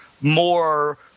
more